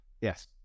Yes